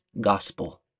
gospel